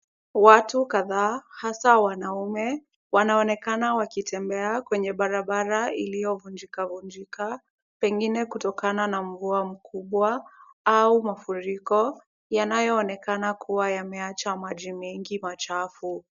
Watu kadhaa hasa wanaume wanaonekana wakitembea kwenye barabara iliyovunjikavunjika pengine kutokana na mvua mkubwa au mafuriko yanayoonekana kuwa yameacha maji mengi machafu.